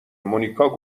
مونیکا